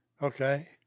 Okay